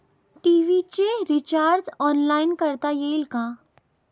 TV चे recharge online करता येईल का?